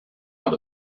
out